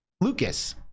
lucas